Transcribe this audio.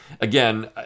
Again